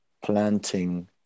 planting